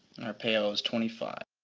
our payout was twenty five